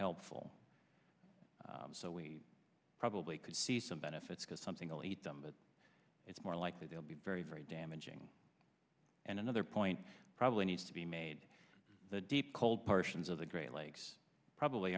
helpful so we probably could see some benefits because something to lead them but it's more likely they'll be very very damaging and another point probably needs to be made the deep cold partitions of the great lakes probably